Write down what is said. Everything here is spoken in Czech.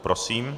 Prosím.